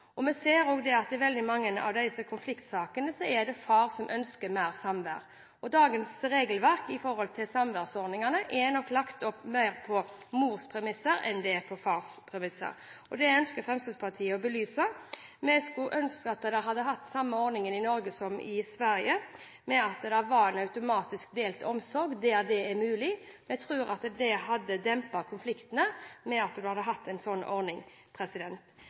liv. Vi ser også at i veldig mange av disse konfliktsakene er det far som ønsker mer samvær, og dagens regelverk for samværsordningene er nok lagt opp mer på mors premisser enn på fars premisser. Det ønsker Fremskrittspartiet å belyse. Vi skulle ønske at en hadde hatt samme ordningen i Norge som i Sverige, en automatisk delt omsorg der det er mulig. Jeg tror at det hadde dempet konfliktene om en hadde hatt en sånn ordning,